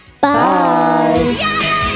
Bye